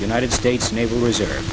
united states naval reserve